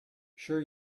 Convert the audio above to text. sure